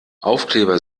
aufkleber